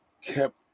kept